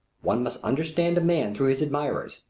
one must understand a man through his admirers.